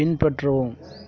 பின்பற்றவும்